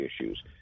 issues